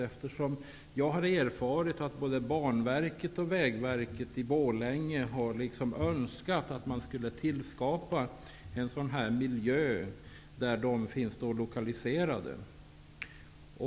Jag har nämligen erfarit att både Banverket och Vägverket i Borlänge har önskat att en sådan här miljö tillskapas där de finns lokaliserade.